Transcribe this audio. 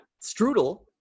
Strudel